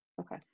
Okay